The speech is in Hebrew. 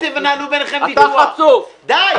אל תנהלו ביניכם ויכוח, די.